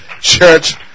Church